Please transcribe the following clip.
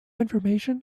information